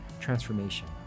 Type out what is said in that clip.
transformation